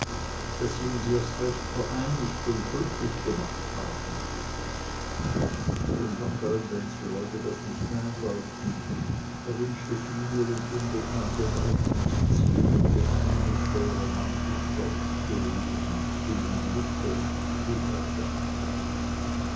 daß sie uns erst recht vereinigt und glücklich gemacht haben dem wackern wenzel wollte das nicht einleuchten er wünschte vielmehr in unbekannte weiten zu ziehen und geheimnisvoll romantisch dort zu leben in stillem glücke wie er sagte